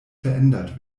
verändert